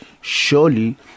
surely